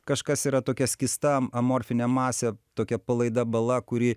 kažkas yra tokia skysta amorfinė masė tokia palaida bala kuri